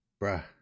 Bruh